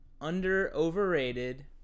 under-overrated